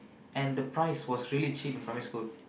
and the price was really cheap in primary school